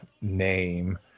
name